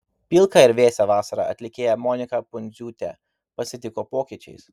pilką ir vėsią vasarą atlikėja monika pundziūtė pasitiko pokyčiais